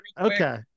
okay